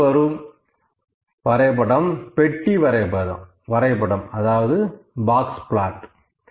அடுத்து வரும் வரை படம் பெட்டி வரைபடம் அதாவது பாக்ஸ் பிளாட்